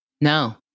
no